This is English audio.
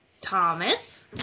Thomas